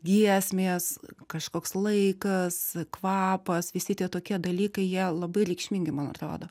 giesmės kažkoks laikas kvapas visi tie tokie dalykai jie labai reikšmingi man atrodo